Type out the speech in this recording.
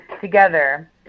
together